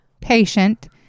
patient